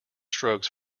strokes